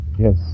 Yes